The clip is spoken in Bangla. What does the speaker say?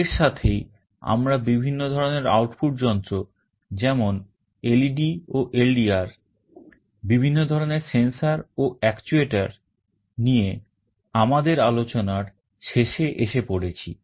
এর সাথেই আমরা বিভিন্ন ধরনের আউটপুট যন্ত্র যেমন LED ও LDR বিভিন্ন ধরনের sensor ও actuator নিয়ে আমাদের আলোচনার শেষে এসে পড়েছি